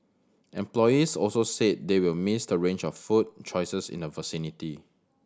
employees also said they will miss the range of food choices in the vicinity